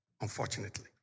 unfortunately